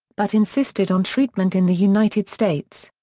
but insisted on treatment in the united states.